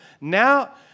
Now